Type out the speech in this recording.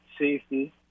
safety